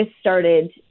started